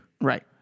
right